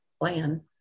plan